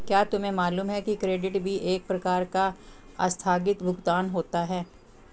क्या तुम्हें मालूम है कि क्रेडिट भी एक प्रकार का आस्थगित भुगतान होता है?